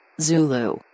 Zulu